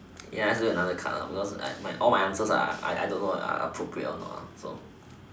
ya let's do another card ah because like all my answers are I don't know are appropriate or not ah so